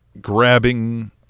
grabbing